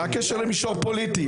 מה הקשר למישור פוליטי?